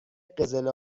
قزل